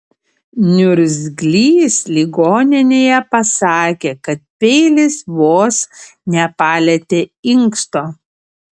niurzglys ligoninėje pasakė kad peilis vos nepalietė inksto